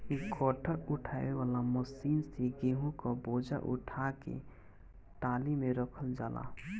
गट्ठर उठावे वाला मशीन से गेंहू क बोझा उठा के टाली में रखल जाला